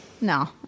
No